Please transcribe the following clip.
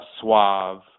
Suave